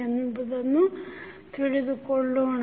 ಎಂಬುದನ್ನು ತಿಳಿದುಕೊಳ್ಳೋಣ